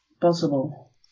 possible